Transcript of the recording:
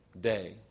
day